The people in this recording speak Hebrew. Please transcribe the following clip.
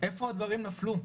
איפה הדברים נפלו?